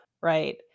right